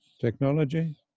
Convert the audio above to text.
technology